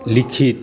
लीखित